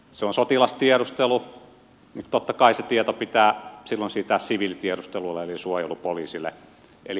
se on sotilastiedustelu totta kai se tieto pitää silloin siirtää siviilitiedustelulle eli suojelupoliisille